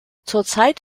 zurzeit